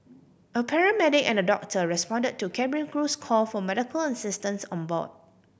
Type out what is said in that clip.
a paramedic and a doctor respond to cabin crew's call for medical assistance on board